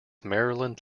maryland